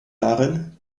darin